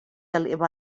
eleva